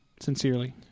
sincerely